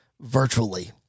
virtually